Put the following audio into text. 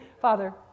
Father